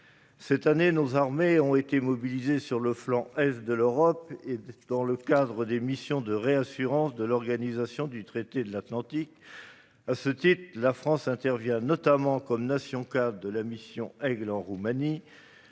Cette année, nos armées ont été mobilisées sur le flanc Est de l'Europe, dans le cadre des missions de réassurance de l'Organisation du traité de l'Atlantique nord (Otan). À ce titre, la France intervient notamment comme nation-cadre de la mission Aigle en Roumanie.